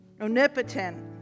Omnipotent